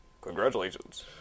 congratulations